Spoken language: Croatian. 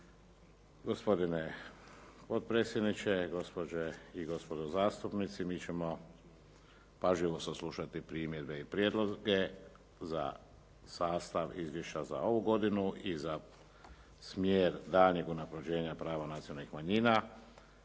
Gospodine potpredsjedniče, gospođe i gospodo zastupnici, mi ćemo pažljivo saslušati primjedbe i prijedloge za sastav izvješća za ovu godinu i za smjer daljnjeg unapređenja prava nacionalnih manjina,